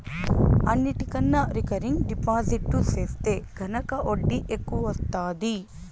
అన్నిటికన్నా recurring deposit సెత్తే గనక ఒడ్డీ ఎక్కవొస్తాది